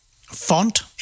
Font